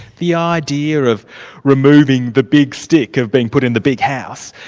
the idea of removing the big stick, of being put in the big house,